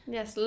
Yes